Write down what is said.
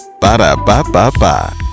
Ba-da-ba-ba-ba